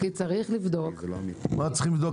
כי צריך לבדוק --- מה צריך לבדוק?